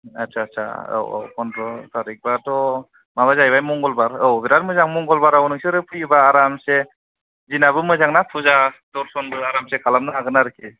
आच्छा आच्छा औ औ फनद्र थारिग बाथ' माबा जाहैबाय मंगलबार औ बिराद मोजां मंगलबाराव नोंसोर फैयोबा आरामसे दिनाबो मोजां ना फुजा दरसनबो खालामनो हागोन आरोखि